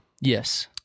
Yes